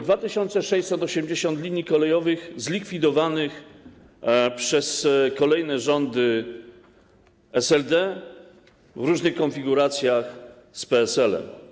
2680 km linii kolejowych zlikwidowanych przez kolejne rządy SLD, w różnych konfiguracjach z PSL-em.